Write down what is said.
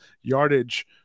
yardage